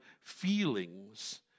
feelings